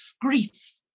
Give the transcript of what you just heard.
grief